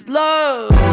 love